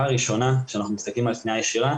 הראשונה כשאנחנו מסתכלים על קניה ישירה,